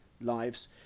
lives